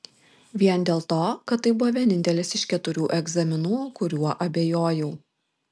vien dėl to kad tai buvo vienintelis iš keturių egzaminų kuriuo abejojau